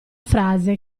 frase